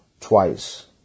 twice